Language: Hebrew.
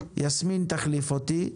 יסמין תחליף אותי.